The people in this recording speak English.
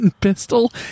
pistol